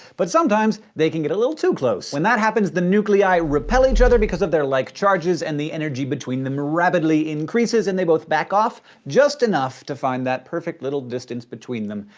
but sometimes, they can get a little too close. when that happens, happens, the nuclei repel each other because of their like charges, and the energy between them rapidly increases and they both back off, just enough to find that perfect little distance between them,